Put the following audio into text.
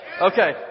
Okay